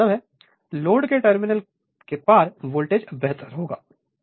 तो इसका मतलब है लोड के टर्मिनल के पार वोल्टेज बेहतर होगा